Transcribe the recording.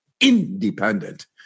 independent